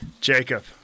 Jacob